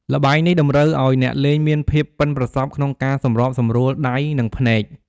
ល្បែងនេះតម្រូវឲ្យអ្នកលេងមានភាពប៉ិនប្រសប់ក្នុងការសម្របសម្រួលដៃ និងភ្នែក។